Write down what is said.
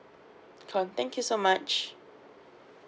so thank you so much